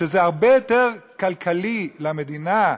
שזה הרבה יותר כלכלי למדינה: